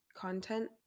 content